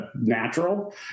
natural